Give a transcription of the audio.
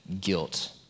guilt